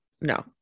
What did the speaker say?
no